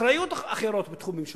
מאחריויות אחרות בתחומים שונים.